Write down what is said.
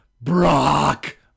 Brock